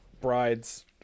brides